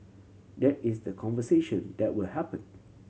that is the conversation that will happen